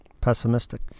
pessimistic